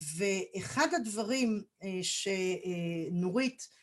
ואחד הדברים שנורית